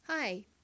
Hi